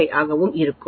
5 ஆகவும் இருக்கும்